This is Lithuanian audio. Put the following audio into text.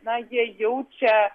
na jie jaučia